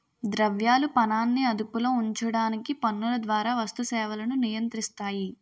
ద్రవ్యాలు పనాన్ని అదుపులో ఉంచడానికి పన్నుల ద్వారా వస్తు సేవలను నియంత్రిస్తాయి